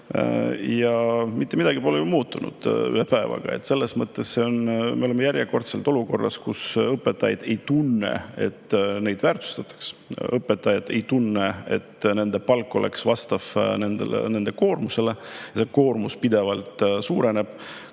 Mitte midagi pole ju muutunud ühe päevaga. Selles mõttes me oleme järjekordselt olukorras, kus õpetajad ei tunne, et neid väärtustatakse, õpetajad ei tunne, et nende palk vastaks nende koormusele. See koormus pidevalt suureneb,